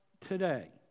today